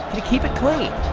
keep it clean?